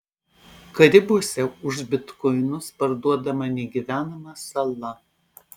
karibuose už bitkoinus parduodama negyvenama sala